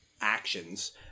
actions